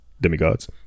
demigods